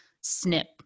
snip